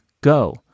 go